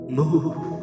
move